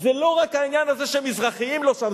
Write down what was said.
זה לא רק העניין שמזרחיים לא שם,